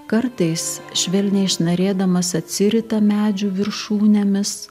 kartais švelniai šnarėdamas atsirita medžių viršūnėmis